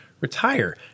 Retire